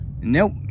Nope